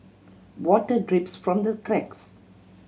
water drips from the cracks